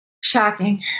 Shocking